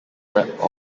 wrap